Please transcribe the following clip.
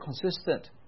consistent